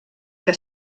que